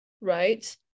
right